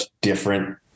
different